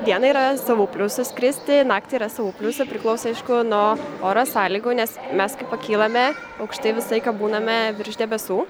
dieną yra savų pliusų skristi naktį yra savų pliusų priklauso aišku nuo oro sąlygų nes mes kai pakylame aukštai visą laiką būname virš debesų